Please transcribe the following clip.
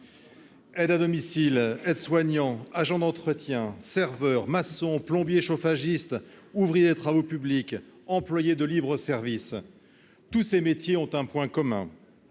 aides à domicile, aides-soignants, agents d'entretien, serveur, maçon, plombier chauffagiste, ouvriers des travaux publics, employé de libre-service, tous ces métiers ont un point commun